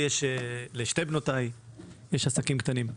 לשתי בנותיי יש עסקים קטנים,